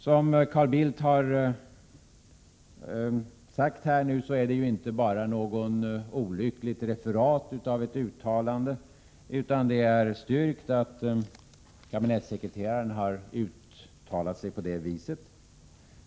Som Carl Bildt har sagt är det inte bara fråga om ett olyckligt referat av ett uttalande, utan det är styrkt att kabinettssekreteraren har uttalat sig på detta sätt.